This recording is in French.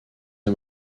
est